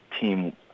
team